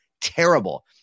Terrible